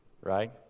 right